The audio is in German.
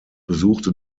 besuchte